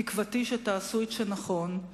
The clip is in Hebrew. תקוותי שתעשו את שנכון,